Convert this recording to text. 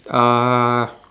uh